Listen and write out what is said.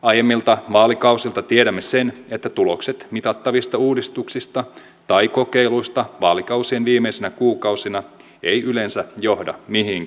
aiemmilta vaalikausilta tiedämme sen että tulokset mitattavista uudistuksista tai kokeiluista vaalikausien viimeisinä kuukausina eivät yleensä johda mihinkään